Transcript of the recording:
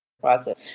process